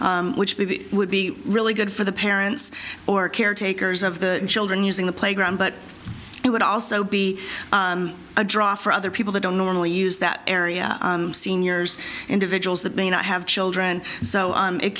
which would be really good for the parents or caretakers of the children using the playground but it would also be a draw for other people who don't normally use that area seniors individuals that may not have children so